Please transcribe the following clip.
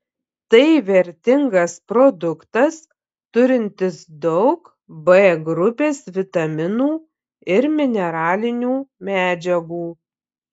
tai vertingas produktas turintis daug b grupės vitaminų ir mineralinių medžiagų